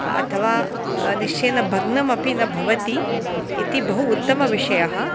अथवा निश्चयेन भग्नमपि न भवति इति बहु उत्तमविषयः